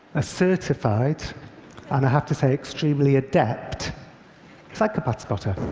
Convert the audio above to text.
a certified and i have to say, extremely adept psychopath spotter.